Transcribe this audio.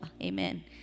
Amen